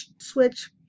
Switch